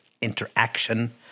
interaction